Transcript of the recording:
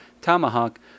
Tomahawk